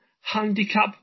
handicap